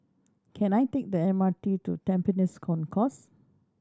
can I take the M R T to Tampines Concourse